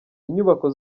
inyubako